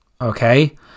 Okay